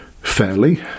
fairly